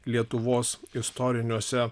lietuvos istoriniuose